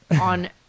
on